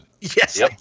yes